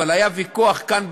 אבל היה ויכוח כאן,